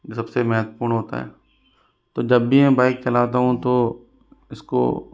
सबसे महत्वपूर्ण होता है तो जब भी मैं बाइक चलाता हूँ तो इसको